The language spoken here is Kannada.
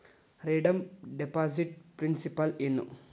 ರೆಡೇಮ್ ಡೆಪಾಸಿಟ್ ಪ್ರಿನ್ಸಿಪಾಲ ಏನು